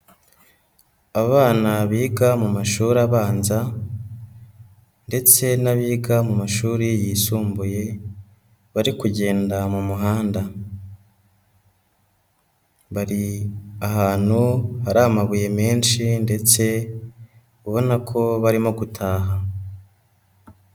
Abana biga mu mashuri abanza ndetse n'abiga mu mashuri yisumbuye bari kugenda mu muhanda, bari ahantu hari amabuye menshi ndetse ubona ko barimo gutaha.